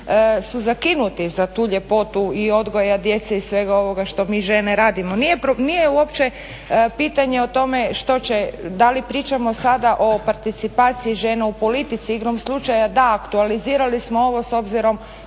su zakinuti za tu ljepotu i odgoja djece i svega ovoga što mi žene radimo. Nije uopće pitanje o tome što će, da li pričamo sada o participaciji žena u politici, igrom slučaja da aktualizirali smo ovo s obzirom,